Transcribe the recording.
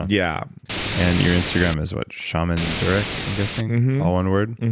yeah and your instagram is what? shamandurek i'm guessing, all one word.